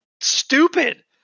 stupid